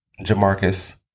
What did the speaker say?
Jamarcus